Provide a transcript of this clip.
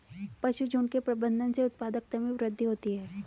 पशुझुण्ड के प्रबंधन से उत्पादकता में वृद्धि होती है